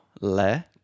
le